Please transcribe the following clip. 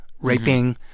raping